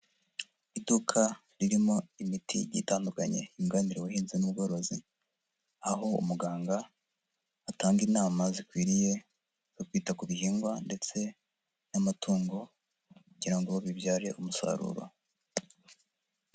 Iduka ririmo imiti itandukanye yunganira ubuhinzi n'ubworozi, aho umuganga atanga inama zikwiriye zo kwita ku bihingwa ndetse n'amatungo, kugira ngo bibyare umusaruro.